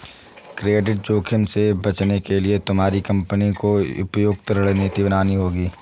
credit जोखिम से बचने के लिए तुम्हारी कंपनी को उपयुक्त रणनीति बनानी होगी